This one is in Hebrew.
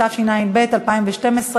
התשע"ב 2012,